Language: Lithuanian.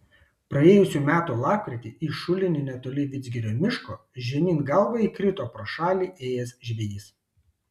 praėjusių metų lapkritį į šulinį netoli vidzgirio miško žemyn galva įkrito pro šalį ėjęs žvejys